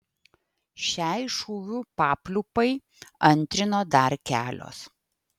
šiai šūvių papliūpai antrino dar kelios